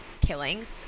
killings